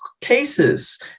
cases